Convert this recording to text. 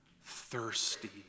thirsty